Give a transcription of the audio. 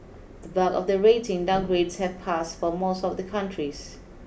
the bulk of the rating downgrades have passed for most of the countries